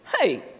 hey